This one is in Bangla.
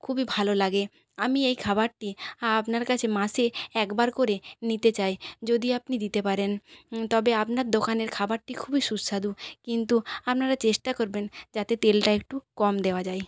খুবই ভালো লাগে আমি এই খাবারটি আপনার কাছে মাসে একবার করে নিতে চাই যদি আপনি দিতে পারেন তবে আপনার দোকানের খাবারটি খুবই সুস্বাদু কিন্তু আপনারা চেষ্টা করবেন যাতে তেলটা একটু কম দেওয়া যায়